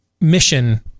mission